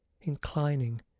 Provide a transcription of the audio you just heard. inclining